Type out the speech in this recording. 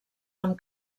amb